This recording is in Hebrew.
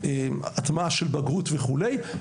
בתהליכי הטמעה של בגרות וכולי,